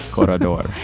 Corredor